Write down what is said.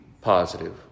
positive